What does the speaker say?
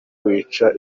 wica